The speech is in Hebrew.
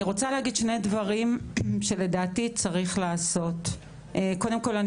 אני רוצה להגיד שני דברים שלדעתי צריך לעשות קודם כל אני